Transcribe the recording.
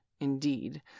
indeed